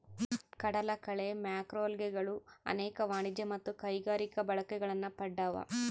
ಕಡಲಕಳೆ ಮ್ಯಾಕ್ರೋಲ್ಗೆಗಳು ಅನೇಕ ವಾಣಿಜ್ಯ ಮತ್ತು ಕೈಗಾರಿಕಾ ಬಳಕೆಗಳನ್ನು ಪಡ್ದವ